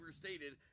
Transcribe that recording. overstated